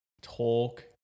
talk